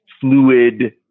fluid